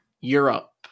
europe